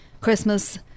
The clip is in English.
Christmas